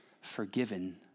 forgiven